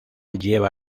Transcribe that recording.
lleva